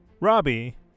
Robbie